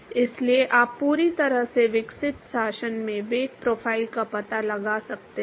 इसलिए आप पूरी तरह से विकसित शासन में वेग प्रोफ़ाइल का पता लगा सकते हैं